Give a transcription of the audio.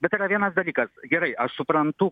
bet yra vienas dalykas gerai aš suprantu